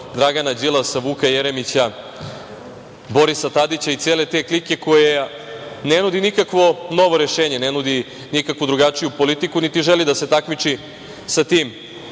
Dragana Đilasa, Vuka Jeremića, Borisa Tadića i cele te klike, koja ne nudi nikakvo novo rešenje, ne nudi nikakvu drugačiju politiku, niti želi da se takmiči sa tim